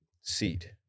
seat